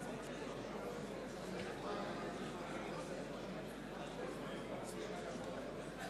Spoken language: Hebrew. מצביע רוברט אילטוב, מצביע דליה איציק,